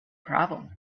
problem